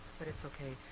but it's okay.